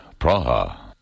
Praha